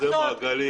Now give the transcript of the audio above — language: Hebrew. נקודה.